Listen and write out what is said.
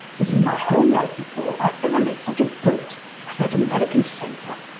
that in my whole life before i ever met such a brute as that american senator.